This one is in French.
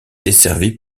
desservie